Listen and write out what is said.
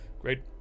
Great